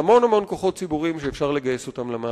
דווקא מכיוון שאנחנו מדינה כל כך קטנה וצפופה,